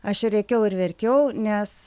aš ir rėkiau ir verkiau nes